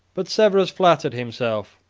but severus flattered himself,